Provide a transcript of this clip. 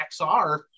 XR